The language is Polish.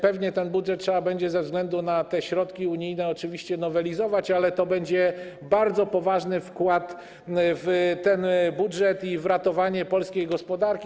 Pewnie ten budżet trzeba będzie ze względu na te środki unijne oczywiście nowelizować, ale to będzie bardzo poważny wkład w ten budżet i w ratowanie polskiej gospodarki.